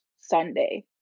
Sunday